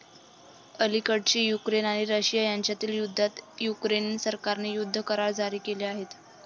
अलिकडेच युक्रेन आणि रशिया यांच्यातील युद्धात युक्रेन सरकारने युद्ध करार जारी केले आहेत